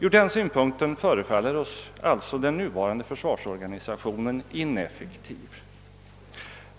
Ur den synpunkten förefaller oss alltså den nuvarande försvarsorganisationen ineffektiv.